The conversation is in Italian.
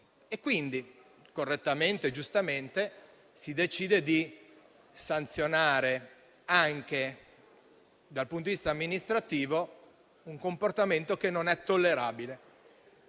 quindi, correttamente e giustamente, si decide di sanzionare anche dal punto di vista amministrativo un comportamento che non è tollerabile.